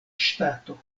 ŝtato